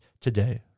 Today